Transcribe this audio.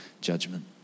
judgment